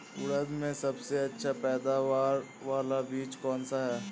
उड़द में सबसे अच्छा पैदावार वाला बीज कौन सा है?